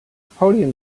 podium